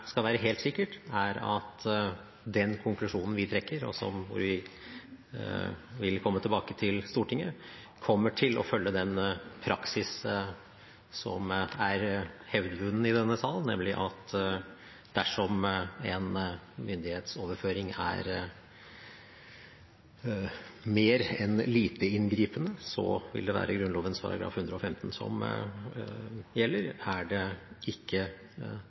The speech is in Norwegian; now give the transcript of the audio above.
skal være helt sikkert, er at den konklusjonen vi trekker, og som vi vil komme tilbake til Stortinget med, kommer til å følge den praksis som er hevdvunnet i denne sal, nemlig at dersom en myndighetsoverføring er mer enn lite inngripende, vil det være Grunnloven § 115 som gjelder. Er den ikke så inngripende, vil det